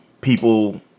people